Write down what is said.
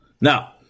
Now